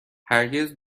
هرگز